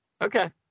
Okay